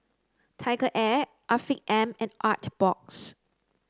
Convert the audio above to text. TigerAir Afiq M and Artbox